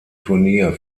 turnier